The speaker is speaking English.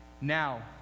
Now